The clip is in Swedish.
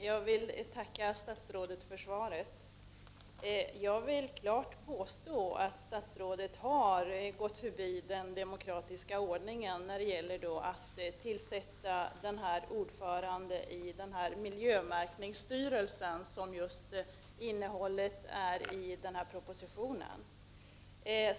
Herr talman! Jag tackar statsrådet för svaret. Jag vill bestämt påstå att statsrådet har förbigått den demokratiska ordningen när det gäller tillsättningen av ordförande i miljömärkningsstyrelsen, vilket alltså behandlas i den här propositionen.